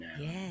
Yes